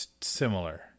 similar